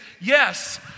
Yes